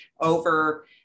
over